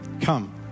Come